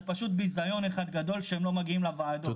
זה פשוט ביזיון אחד גדול שהם לא מגיעים לוועדות.